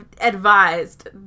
advised